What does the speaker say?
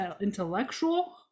intellectual